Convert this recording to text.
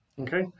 Okay